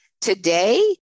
today